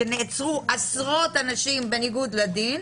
שנעצרו עשרות אנשים בניגוד לדין,